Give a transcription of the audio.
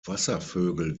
wasservögel